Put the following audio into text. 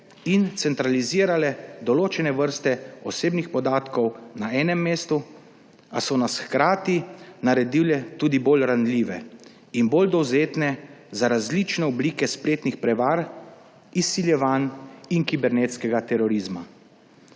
in centralizirale določene vrste osebnih podatkov na enem mestu, a so nas hkrati naredile tudi bolj ranljive in bolj dovzetne za različne oblike spletnih prevar, izsiljevanj in kibernetskega terorizma.